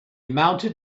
mounted